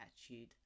attitude